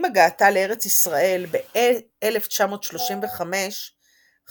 עם הגעתה לארץ ישראל ב-1935 חברה,